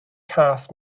cath